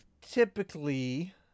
typically